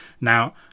now